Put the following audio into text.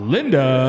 Linda